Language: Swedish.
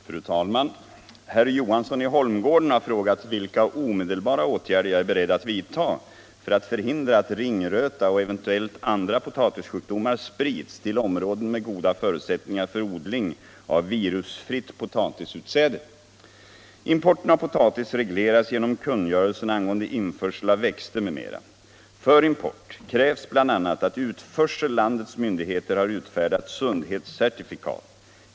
Fru talman! Herr Johansson i Holmgården har frågat vilka omedelbara åtgärder jag är beredd att vidta för att förhindra att ringröta och eventuella andra potatissjukdomar sprids till områden med goda förutsättningar för odling av virusfritt potatisutsäde. Importen av potatis regleras genom kungörelsen angående införsel av växter m.m. För import krävs bl.a. att utförsellandets myndigheter har utfärdat sundhetscertifikat.